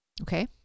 Okay